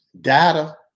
Data